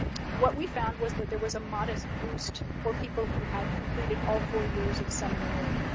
what we found, was that there was a modest boost for people who had completed all four years of seminary,